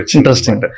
Interesting